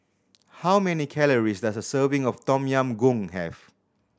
how many calories does a serving of Tom Yam Goong have